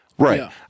Right